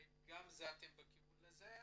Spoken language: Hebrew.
האם אתם בכיוון לזה?